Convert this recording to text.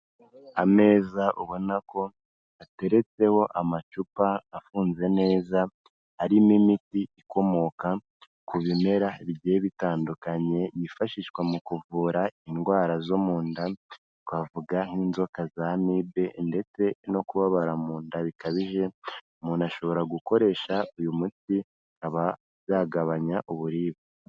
Ameza ubona ko ateretseho amacupa afunze neza arimo imiti ikomoka ku bimera bigiye bitandukanye yifashishwa mu kuvura indwara zo mu nda, twavuga nk'inzoka z'amibe ndetse no kubabara mu nda bikabije, umuntu ashobora gukoresha uyu muti akaba yagabanya uburibwe.